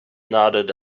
nodded